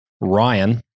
Ryan